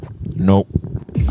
Nope